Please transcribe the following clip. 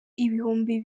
ibihumbi